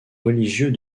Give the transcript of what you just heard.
religieux